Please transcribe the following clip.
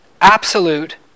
absolute